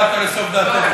לא ירדת לסוף דעתו,